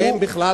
אין ויכוח.